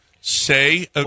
Say